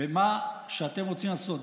במה שאתם רוצים לעשות,